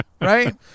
right